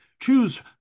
Choose